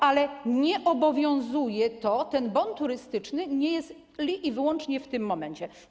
Ale nie obowiązuje ten bon turystyczny tylko i wyłącznie w tym momencie.